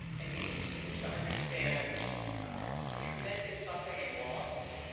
and we need students to understand the tremendous suffering and loss,